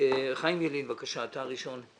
חיים ילין, בבקשה, אתה ראשון הדוברים.